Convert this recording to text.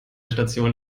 station